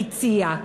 הציע.